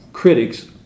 critics